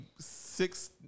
six